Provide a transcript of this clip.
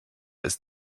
ist